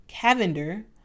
Cavender